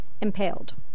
impaled